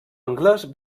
anglès